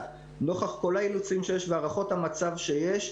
נוכח כל האילוצים שיש והערכות המצב שיש,